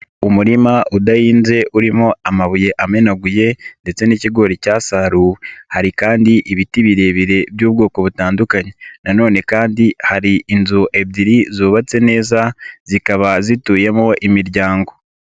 Umurima udahinze urimo amabuye amenaguye ndetse n'ikigori cyasaruwe, hari kandi ibiti birebire by'ubwoko butandukanye na none kandi hari inzu ebyiri zubatse neza, zikaba zituyemo imiryango.